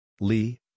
Lee